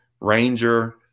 Ranger